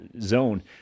zone